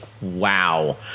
wow